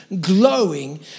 glowing